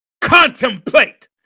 contemplate